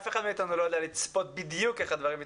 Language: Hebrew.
אף אחד מאיתנו לא יודע לצפות בדיוק איך הדברים יתנהלו,